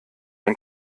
ein